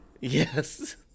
Yes